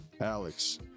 Alex